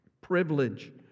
Privilege